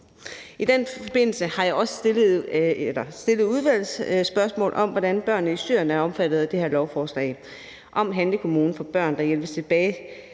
I den forbindelse har jeg stillet udvalgsspørgsmål om, hvordan børnene i Syrien er omfattet af det her lovforslag, og om handlekommune for børn, der hjælpes tilbage